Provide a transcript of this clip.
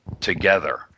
together